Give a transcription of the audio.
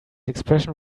expression